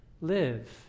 Live